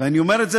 ואני אומר את זה,